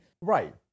Right